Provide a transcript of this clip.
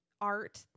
art